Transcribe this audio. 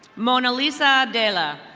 mona lisa dayla.